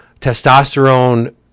testosterone